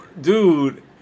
dude